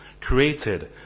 created